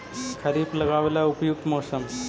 खरिफ लगाबे ला उपयुकत मौसम?